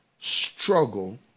struggle